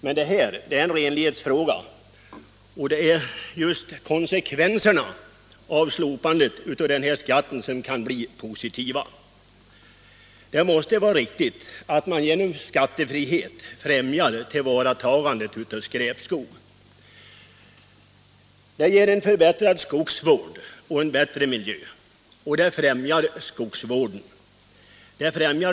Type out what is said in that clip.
Men det här är en renlighetsfråga, och det är just konsekvenserna av slopandet av den här skatten som kan bli positiva. Det måste vara riktigt att genom skattefrihet främja tillvaratagandet av skräpskog. Det ger en förbättrad skogsvård och en bättre miljö.